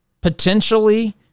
potentially